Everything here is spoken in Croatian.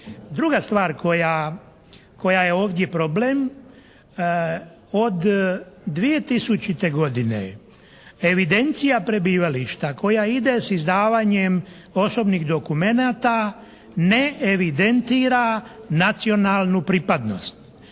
Druga stvar koja je ovdje problem od 2000. godine evidencija prebivališta koja ide s izdavanjem osobnih dokumenata ne evidentira nacionalnu pripadnost.